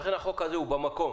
לכן החוק הזה הוא במקום.